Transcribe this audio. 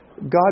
God